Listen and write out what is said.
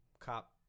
cop